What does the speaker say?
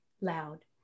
loud